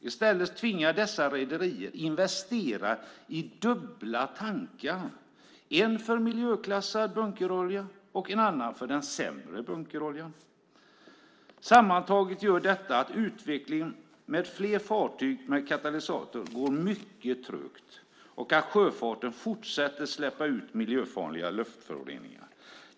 I stället tvingas dessa rederier investera i dubbla tankar, en för miljöklassad bunkerolja och en annan för den sämre bunkeroljan. Sammantaget gör detta att utvecklingen med fler fartyg med katalysatorer går mycket trögt och att sjöfarten fortsätter att släppa ut miljöfarliga luftföroreningar.